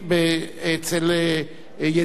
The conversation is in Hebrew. אצל ידידי האינדיאנים,